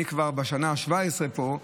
אני כבר בשנה ה-17 פה,